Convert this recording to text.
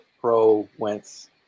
pro-Wentz